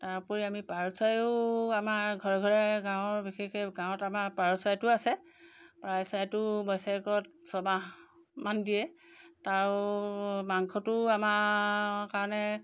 তাৰ ওপৰি আমি পাৰ চৰায়ো আমাৰ ঘৰে ঘৰে গাঁৱৰ বিশেষকৈ গাঁৱত আমাৰ পাৰ চৰাইটোও আছে পাৰ চৰাইটো বছৰেকত ছমাহমান দিয়ে তাৰো মাংসটো আমাৰ কাৰণে